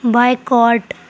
back ward